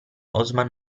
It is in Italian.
osman